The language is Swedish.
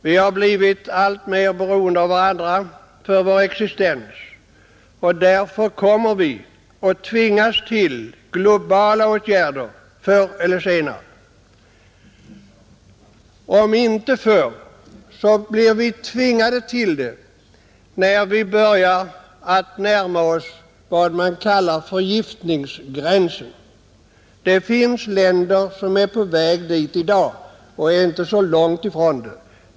Vi har blivit alltmer beroende av varandra för vår existens, och därför kommer vi förr eller senare att tvingas till globala åtgärder — om inte förr så när vi börjar närma oss den s.k. förgiftningsgränsen. Det finns länder som är på väg mot den i dag och de är inte så långt därifrån.